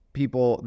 people